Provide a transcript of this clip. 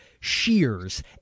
shears